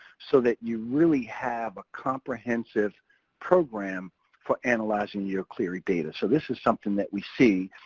so that you really have a comprehensive program for analyzing your clery data. so this is something that we see.